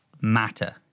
matter